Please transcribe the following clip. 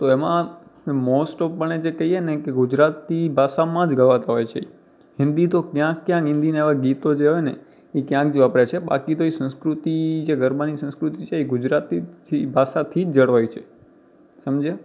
તો એમાં most of પણે જે કહીએ ને કે ગુજરાતી ભાષામાં જ ગવાતા હોય છે હિન્દી તો ક્યાં ક્યાંક હિન્દીને એવાં ગીતો જે હોય ને ક્યાંક જ વાપરે છે બાકી તો એ સંસ્કૃતિ જે ગરબાની સંસ્કૃતિ છે એ ગુજરાતીથી ભાષાથી જ જળવાય છે સમજ્યા